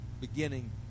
beginning